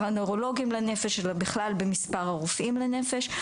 הנוירולוגים לנפש אלא בכלל במספר הרופאים לנפש.